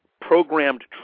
programmed